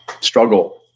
struggle